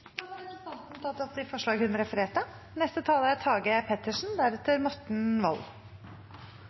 Da har representanten Åslaug Sem-Jakobsen tatt opp de forslagene hun refererte